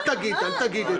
אל תגיד את זה.